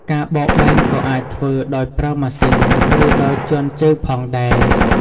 ការបោកបែនក៏អាចធ្វើដោយប្រើម៉ាស៊ីន ឬដោយជាន់ជើងផងដែរ។